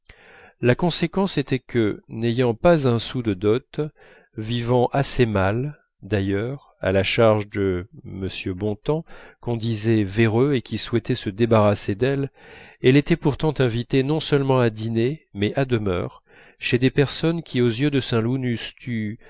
la conséquence était que n'ayant pas un sou de dot vivant assez mal d'ailleurs à la charge de m bontemps qu'on disait véreux et qui souhaitait se débarrasser d'elle elle était pourtant invitée non seulement à dîner mais à demeure chez des personnes qui aux yeux de saint loup n'eussent eu